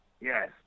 Yes